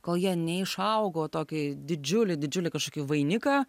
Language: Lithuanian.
kol jie neišaugo į tokį didžiulį didžiulį kažkokį vainiką